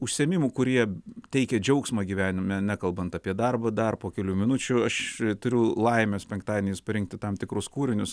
užsiėmimų kurie teikia džiaugsmą gyvenime nekalbant apie darbą dar po kelių minučių aš turiu laimės penktadieniais parinkti tam tikrus kūrinius